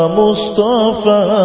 mustafa